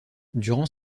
durant